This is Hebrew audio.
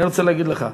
אני רוצה להגיד לך: